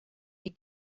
die